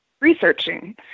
researching